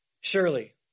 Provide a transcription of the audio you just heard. Surely